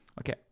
okay